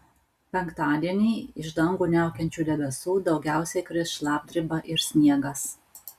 penktadienį iš dangų niaukiančių debesų daugiausiai kris šlapdriba ir sniegas